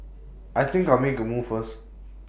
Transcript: I think I'll make A move first